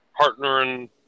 partnering